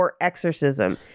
exorcism